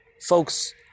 folks